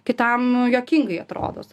kitam juokingai atrodot